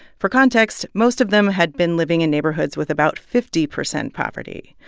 for context, most of them had been living in neighborhoods with about fifty percent poverty.